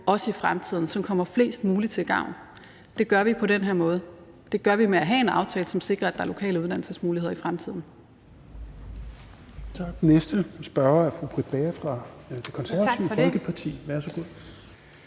også i fremtiden, som kommer flest muligt til gavn? Det gør vi på den her måde. Det gør vi ved at have en aftale, som sikrer, at der er lokale uddannelsesmuligheder i fremtiden.